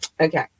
Okay